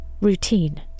Routine